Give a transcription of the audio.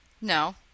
No